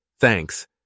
Thanks